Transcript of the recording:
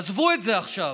עזבו את זה עכשיו.